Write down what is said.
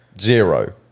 zero